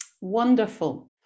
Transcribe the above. Wonderful